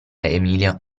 emilia